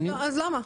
אז למה?